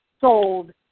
sold